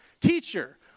Teacher